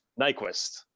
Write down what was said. Nyquist